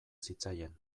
zitzaien